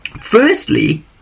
Firstly